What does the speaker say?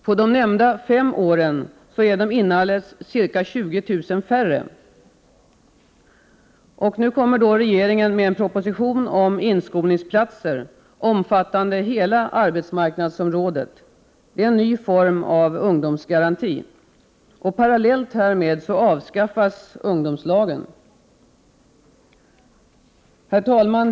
På de nämnda fem åren har dessa ungdomar blivit inalles ca 20 000 färre. Nu kommer regeringen med en proposition om inskolningsplatser, omfattande hela arbetsmarknadsområdet — en ny form av ungdomsgaranti. Parallellt härmed avskaffas ungdomslagen. Herr talman!